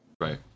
Right